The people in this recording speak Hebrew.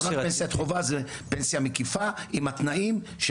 זו לא רק פנסיית חובה זו פנסיה מקיפה עם התנאים של